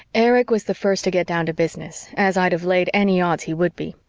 erich was the first to get down to business, as i'd have laid any odds he would be.